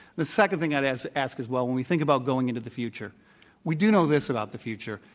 the second thing i'd ask ask is, well, when we think about going into the future we do know this about the future,